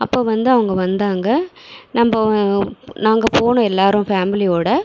அப்போது வந்து அவங்க வந்தாங்கள் நம்ம நாங்கள் போனோம் எல்லாரும் ஃபேமிலியோட